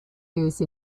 use